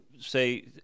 say